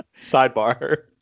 Sidebar